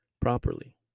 properly